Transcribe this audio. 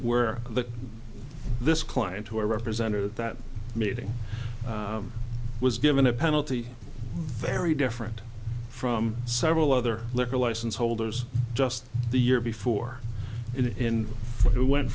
the this client who are represented at that meeting was given a penalty very different from several other liquor license holders just the year before in it went